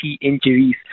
injuries